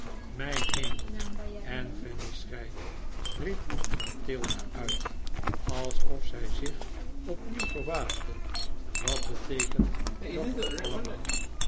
mijn hemel en fanny schreit riep mathilda uit alsof zij zich opnieuw verbaasde wat beteekent dat toch allemaal